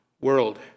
world